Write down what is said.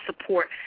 support